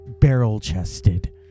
barrel-chested